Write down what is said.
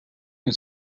and